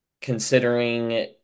Considering